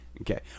Okay